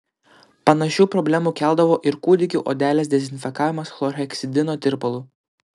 panašių problemų keldavo ir kūdikių odelės dezinfekavimas chlorheksidino tirpalu